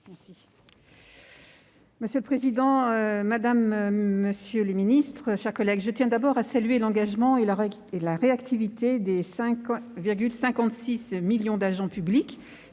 Monsieur le président, madame, monsieur les ministres, mes chers collègues, je tiens à saluer l'engagement et la réactivité des 5,56 millions d'agents publics